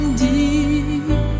deep